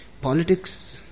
Politics